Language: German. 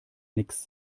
nix